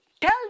Tell